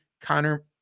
Connor